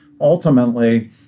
Ultimately